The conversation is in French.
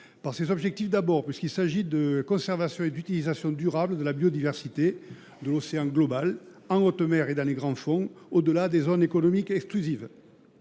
Par ses objectifs, d’abord, puisqu’il porte sur la conservation et l’utilisation durable de la biodiversité de l’océan global, en haute mer et dans les grands fonds, au delà des zones économiques exclusives.